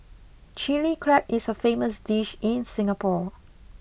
Chilli Crab is a famous dish in Singapore